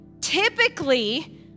Typically